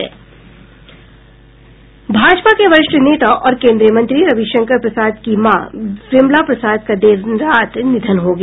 भाजपा के वरिष्ठ नेता और केन्द्रीय मंत्री रविशंकर प्रसाद की मां विमला प्रसाद का देर रात निधन हो गया